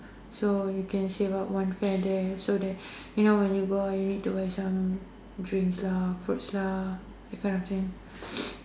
so you can save up one fare there so that you know when you go out you need to buy some drinks lah fruits lah that kind of things